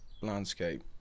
landscape